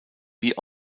wie